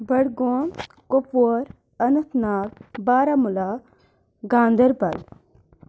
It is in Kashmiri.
بڈگوم کۄپوور اَننت ناگ بارہمُلہ گانٛدَربَل